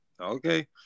okay